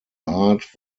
art